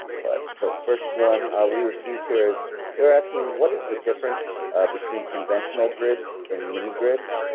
but the first one we received here is they were asking what is the difference between conventional grids and mini grids?